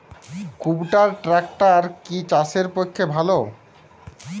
কুবটার ট্রাকটার কি চাষের পক্ষে ভালো?